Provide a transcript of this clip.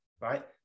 right